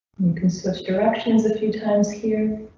can switch directions a few times here.